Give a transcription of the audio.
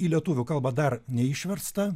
į lietuvių kalbą dar neišverstą